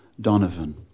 Donovan